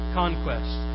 conquest